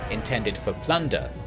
intended for plunder,